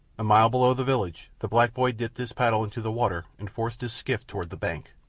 a mile below the village the black boy dipped his paddle into the water and forced his skiff toward the bank.